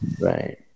Right